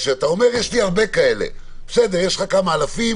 שיש לך הרבה כאלה, בסדר, יש כמה אלפים